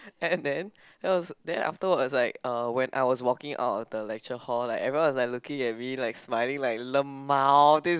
and then that was then afterward was like uh when I was walking out of the lecture hall like everyone was looking at me like smiling like LMAO this